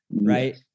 Right